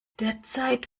derzeit